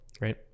right